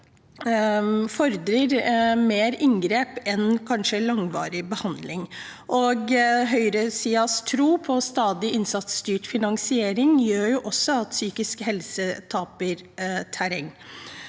fordrer mer inngrep enn kanskje langvarig behandling, og høyresidens tro på stadig innsatsstyrt finansiering gjør også at psykisk helse taper terreng.